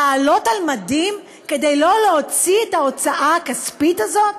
לעלות על מדים כדי לא להוציא את ההוצאה הכספית הזאת?